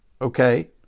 okay